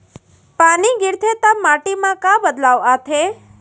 पानी गिरथे ता माटी मा का बदलाव आथे?